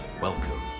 Welcome